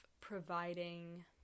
providing